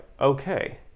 okay